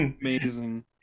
Amazing